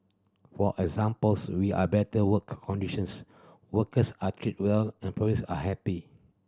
for examples we are better work conditions workers are treated well employers are happy